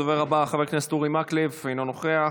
הדובר הבא, חבר הכנסת אורי מקלב, אינו נוכח.